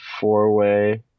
four-way